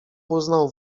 uznał